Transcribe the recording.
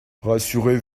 rassurez